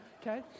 Okay